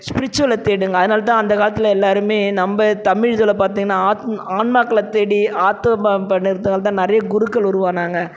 ஸ்ப்ரிச்சுவலை தேடுங்க அதனால தான் அந்த காலத்தில் எல்லாருமே நம்ம தமிழ் இதில் பார்த்தீங்கனா ஆத் ஆன்மாக்களை தேடி ஆத்துவம ப பண்ணுறதுனால தான் நிறைய குருக்கள் உருவானாங்க